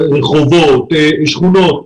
מבחינת רחובות ושכונות.